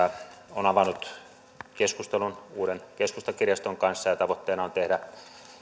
on avannut keskustelun uuden keskustakirjaston kanssa ja tavoitteena on tehdä